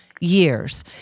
years